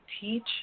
teach